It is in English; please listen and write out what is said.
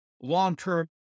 long-term